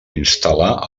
instal·lar